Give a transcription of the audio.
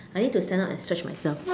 I need to stand up and stretch myself